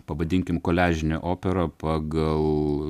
pavadinkim koliažinė opera pagal